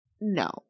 No